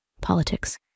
politics